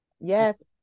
Yes